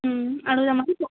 అడుగదమని ఫో